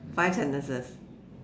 five sentences